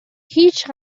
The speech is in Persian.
هیچ